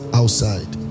outside